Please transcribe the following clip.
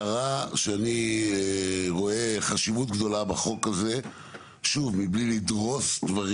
היום ההגדרה של הממונה בחוק אויר נקי מתייחסת באופן ספציפי לחלוקה